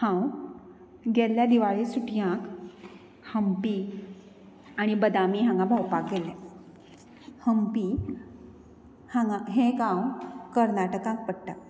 हांव गेल्ल्या दिवाळे सुटयाक हंपी आनी बदामी हांगा भोंवपाक गेल्लें हंपी हांगा हे गांव कर्नाटकाक पडटा